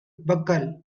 buckle